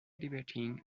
debating